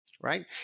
right